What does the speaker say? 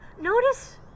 Notice